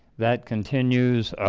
that continues